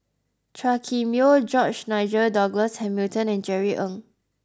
Chua Kim Yeow George Nigel Douglas Hamilton and Jerry Ng